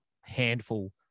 handful